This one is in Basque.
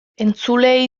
entzuleei